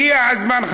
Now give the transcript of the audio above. הגיע הזמן,